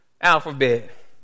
alphabet